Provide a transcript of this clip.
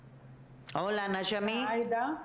בדקה?